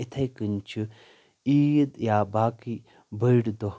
اِتھٕے کٔنۍ چھُ عیٖد یا باقٕے بٔڑۍ دۄہ